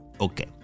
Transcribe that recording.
Okay